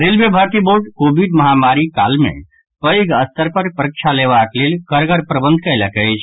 railway भर्ती board covid महामारीक काल मे पैघ स्तर पर परीक्षा लेबाक लेल कड़गर प्रबंध कयलक अछि